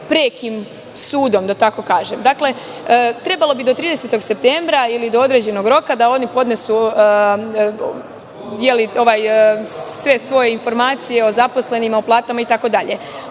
prekim sudom. Dakle, trebalo bi do 30. septembra ili do određenog roka da oni podnesu sve svoje informacije o zaposlenima, o platama itd.